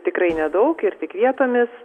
tikrai nedaug ir tik vietomis